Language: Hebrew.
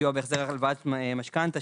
סיוע בהחזר הלוואת משכנתא,